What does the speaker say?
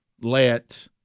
let